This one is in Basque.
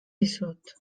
dizut